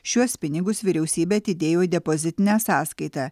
šiuos pinigus vyriausybė atidėjo į depozitinę sąskaitą